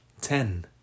Ten